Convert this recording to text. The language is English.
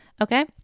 okay